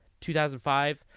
2005